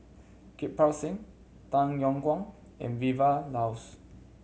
Kirpal Singh Tay Yong Kwang and Vilma Laus